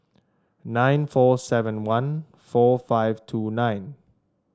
nine four seven one four five two nine